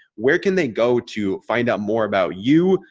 where can they go to find out more about you?